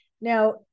now